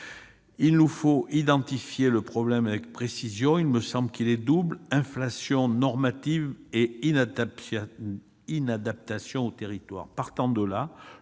Il nous faut identifier le problème avec précision. Il me semble qu'il est double : inflation normative et inadaptation aux territoires.